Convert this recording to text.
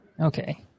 Okay